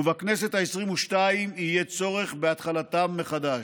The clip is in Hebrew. ובכנסת העשרים-ושתיים יהיה צורך בהתחלתם מחדש.